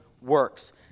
works